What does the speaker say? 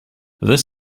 this